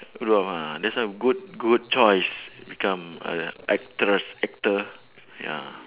dwarf ah that's why good good choice become a actress actor ya